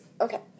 Okay